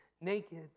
naked